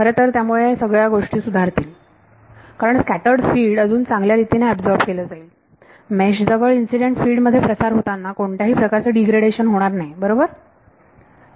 खरतर यामुळे सगळ्या गोष्टी सुधारतील कारण स्कॅटर्ड फिल्ड अजून चांगल्या रीतीने अब्सोर्ब केले जाईल मेश जवळ इन्सिडेंट फिल्ड मध्ये प्रसार होताना कोणत्याही प्रकारचे डीग्रेडेशन होणार नाही बरोबर